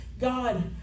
God